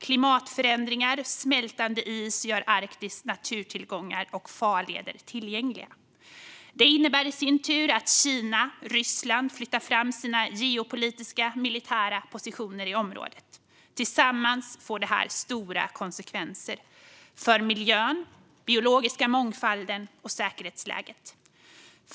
Klimatförändringar och smältande is gör Arktis naturtillgångar och farleder tillgängliga. Det innebär i sin tur att Kina och Ryssland flyttar fram sina geopolitiska och militära positioner i området. Tillsammans får det stora konsekvenser för miljön, den biologiska mångfalden och säkerhetsläget.